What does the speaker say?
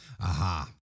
Aha